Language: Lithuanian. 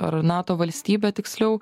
ar nato valstybė tiksliau